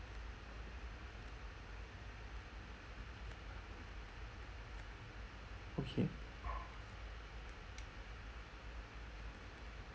okay